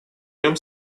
нем